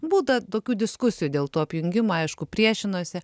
būta tokių diskusijų dėl tų apjungimų aišku priešinosi